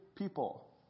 People